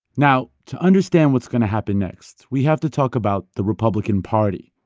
now, to understand what's going to happen next, we have to talk about the republican party,